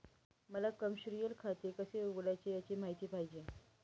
मला कमर्शिअल खाते कसे उघडायचे याची माहिती पाहिजे